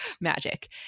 magic